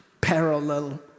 parallel